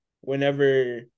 whenever